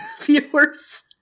viewers